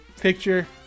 picture